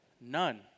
None